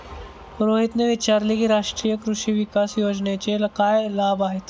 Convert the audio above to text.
रोहितने विचारले की राष्ट्रीय कृषी विकास योजनेचे काय लाभ आहेत?